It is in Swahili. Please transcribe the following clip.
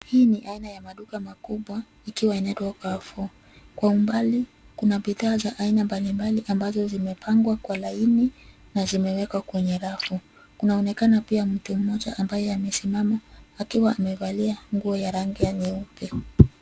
Hii ni aina ya maduka makubwa, ikiwa inaitwa Carrefour. Kwa umbali, kuna bidhaa za aina mbalimbali ambazo zimepangwa kwa laini, na zimewekwa kwenye rafu. Kunaonekana pia mtu mmoja ambaye amesimama, akiwa amevalia nguo ya rangi ya nyeupe.